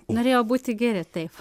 norėjo būti geri taip